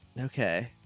Okay